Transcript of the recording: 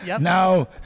Now